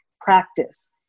practice